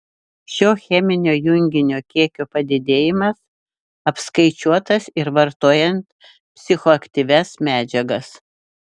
šio cheminio junginio kiekio padidėjimas apskaičiuotas ir vartojant psichoaktyvias medžiagas